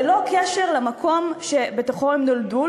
ללא קשר למקום שבו הם נולדו,